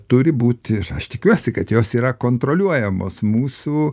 turi būti aš tikiuosi kad jos yra kontroliuojamos mūsų